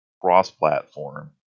cross-platform